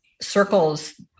circles